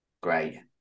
Great